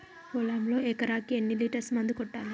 పొలంలో ఎకరాకి ఎన్ని లీటర్స్ మందు కొట్టాలి?